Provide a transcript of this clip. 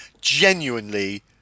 genuinely